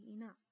enough